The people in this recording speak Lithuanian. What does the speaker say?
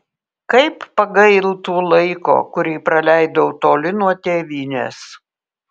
kaip pagailtų laiko kurį praleidau toli nuo tėvynės